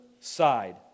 side